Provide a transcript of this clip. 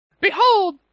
Behold